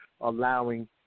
allowing